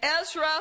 Ezra